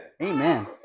Amen